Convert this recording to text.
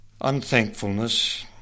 Unthankfulness